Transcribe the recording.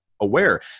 aware